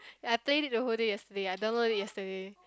then I played it the whole day yesterday I downloaded it yesterday